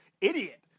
idiot